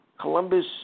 Columbus